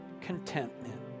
contentment